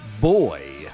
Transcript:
boy